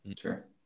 Sure